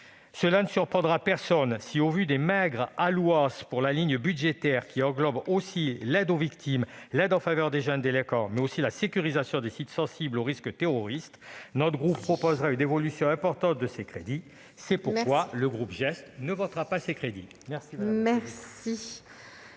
Cela ne surprendra personne si, au vu des maigres montants inscrits sur la ligne budgétaire qui englobe l'aide aux victimes, l'aide en faveur des jeunes délinquants, mais aussi la sécurisation des sites sensibles aux risques terroristes, notre groupe propose une évolution importante de ces crédits. Il faut conclure. C'est pourquoi le groupe GEST ne votera pas ces crédits. La